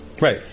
Right